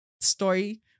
story